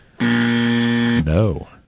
No